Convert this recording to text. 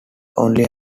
only